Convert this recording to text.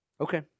Okay